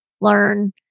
learn